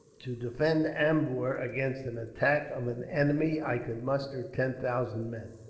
to defend ambur against an attack of an enemy, i could muster ten thousand men.